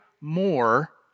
more